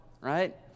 right